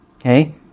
Okay